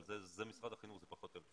אבל זה משרד החינוך, זה פחות אלקין.